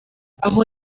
aho